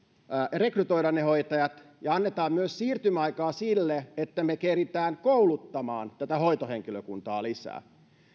rekrytoida ne hoitajat ja annetaan myös siirtymäaikaa sille että keritään kouluttamaan tätä hoitohenkilökuntaa lisää